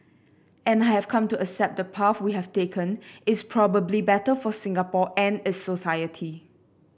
and I have come to accept the path we have taken is probably better for Singapore and its society